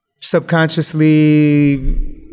subconsciously